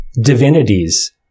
divinities